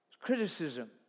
Criticism